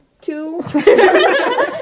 two